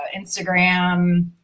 Instagram